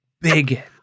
bigot